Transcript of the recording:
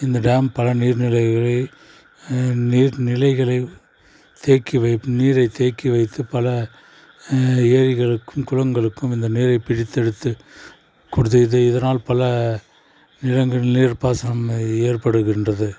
இந்த டேம் பல நீர்நிலைகளை நீர்நிலைகளை தேக்கி வைப் நீரை தேக்கி வைத்து பல ஏரிகளுக்கும் குளங்களுக்கும் இந்த நீரை பிரித்தெடுத்து கொடுத்து இதை இதனால் பல நிலங்கள் நீர்ப்பாசனம் ஏற்படுகின்றது